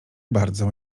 bardzo